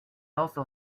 also